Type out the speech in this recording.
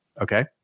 okay